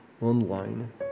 online